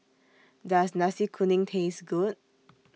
Does Nasi Kuning Taste Good